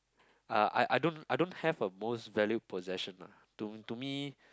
uh I don't I don't have a most valued possession lah to to me